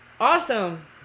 Awesome